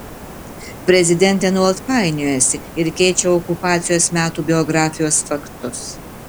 prezidentė nuolat painiojasi ir keičia okupacijos metų biografijos faktus